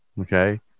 Okay